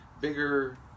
bigger